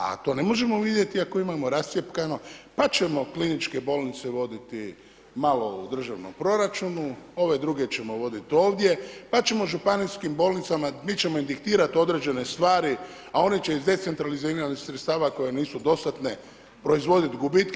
A to ne možemo vidjeti ako imamo rascjepkano, pa ćemo kliničke bolnice voditi malo u državnom proračunu, ove druge ćemo voditi ovdje, pa ćemo županijskim bolnicama, mi ćemo im diktirati određene stvari, a one će iz decentraliziranih sredstava koje nisu dostatne proizvoditi gubitke.